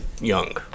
young